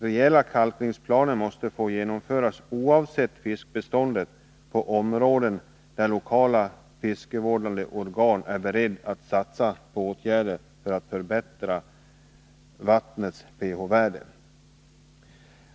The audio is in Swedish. Rejäla kalkningsplaner måste få genomföras, oavsett fiskbeståndet, i områden där lokala fiskevårdande organ är beredda att satsa på åtgärder för att förbättra vattnets pH-värde.